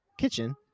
kitchen